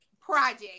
project